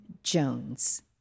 Jones